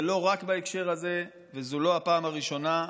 זה לא רק בהקשר הזה וזו לא הפעם הראשונה,